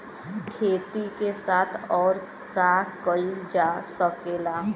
खेती के साथ अउर का कइल जा सकेला?